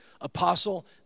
Apostle